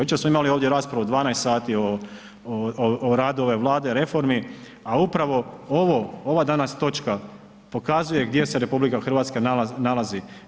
Jučer smo imali ovdje raspravu, 12 sati o radu ove vlade, reformi, a upravo, ovo, ova danas točka, pokazuje gdje se RH nalazi.